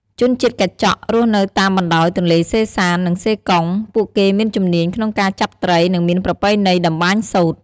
ជនជាតិកាចក់ រស់នៅតាមបណ្ដោយទន្លេសេសាន្ត និងសេកុង ពួកគេមានជំនាញក្នុងការចាប់ត្រី និងមានប្រពៃណីតម្បាញសូត្រ។